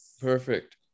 Perfect